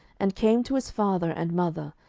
and came to his father and mother,